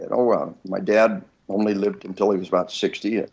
and oh well, my dad only lived until he was about sixty.